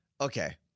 Okay